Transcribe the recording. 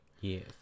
Yes